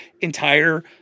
entire